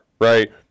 right